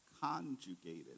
conjugated